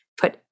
put